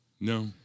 No